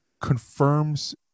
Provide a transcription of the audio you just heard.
confirms